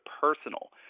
personal